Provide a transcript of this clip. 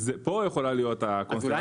לא, פה יכולה להיות הקונספירציה.